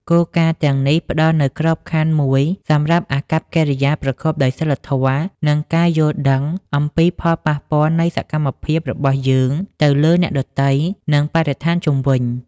គោលការណ៍ទាំងនេះផ្ដល់នូវក្របខណ្ឌមួយសម្រាប់អាកប្បកិរិយាប្រកបដោយសីលធម៌ និងការយល់ដឹងអំពីផលប៉ះពាល់នៃសកម្មភាពរបស់យើងទៅលើអ្នកដទៃ និងបរិស្ថានជុំវិញ។